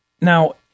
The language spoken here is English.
now